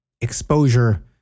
exposure